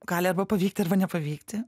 gali pavykti arba nepavykti